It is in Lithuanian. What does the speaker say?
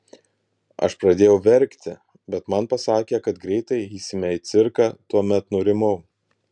aš pradėjau verkti bet man pasakė kad greitai eisime į cirką tuomet nurimau